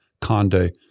Conde